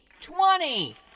twenty